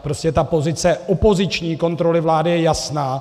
Prostě ta pozice opoziční kontroly vlády je jasná.